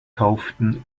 kauften